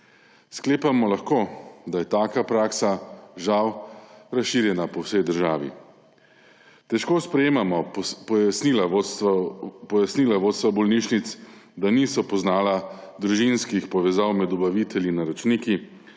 Sklepamo lahko, da je taka praksa žal razširjena po vsej državi. Težko sprejemamo pojasnila vodstev bolnišnic, da niso poznala družinskih povezav med dobavitelji naročniki